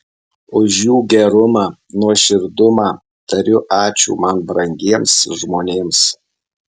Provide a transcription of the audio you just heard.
už jų gerumą nuoširdumą tariu ačiū man brangiems žmonėms